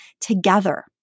together